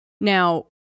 Now